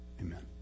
Amen